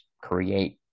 create